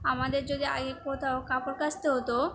আমাদের যদি আগে কোথাও কাপড় কাচতে হতো